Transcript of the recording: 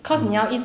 mm